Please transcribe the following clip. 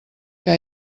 que